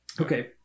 Okay